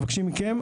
מבקשים מכם,